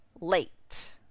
late